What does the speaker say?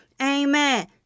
Amen